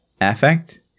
affect